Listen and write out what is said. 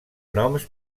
noms